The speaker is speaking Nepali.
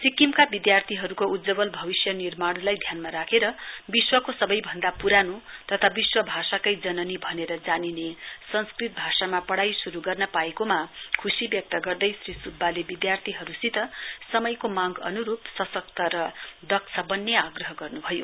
सिक्किमका विधार्थीहरुको उज्जवल भविष्य निर्माणलाई ध्यानमा राखेर विश्वको सवैभन्दा पुरानो तथा विश्व भाषाकै जननी भनेर जानिने संस्कृत भाषामा पढाइ शुरु गर्न पाएकोमा खुशी व्यक्त गर्दै श्री सुब्बाले विधार्थीहरुसित समयको मांग अन्रुप सशक्त र दक्ष वन्ने आग्रह गर्न्भयो